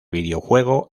videojuego